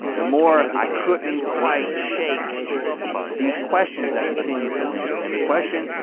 the more i couldn't quite shake these questions that continue to linger. and the question,